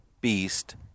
Beast